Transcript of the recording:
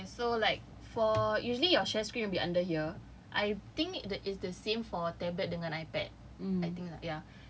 okay so like for usually your share screen will be under here I think that it's the same for tablet dengan iPad I think ah ya